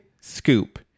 scoop